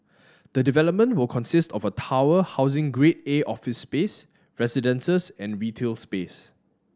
the development will consist of a tower housing Grade A office space residences and retail space